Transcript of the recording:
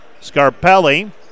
Scarpelli